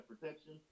protection